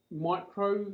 micro